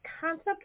concept